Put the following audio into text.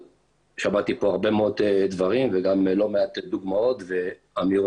שמעתי פה הרבה מאוד דברים וגם לא מעט דוגמאות ואמירות